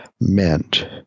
meant